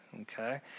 Okay